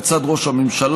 לצד ראש הממשלה.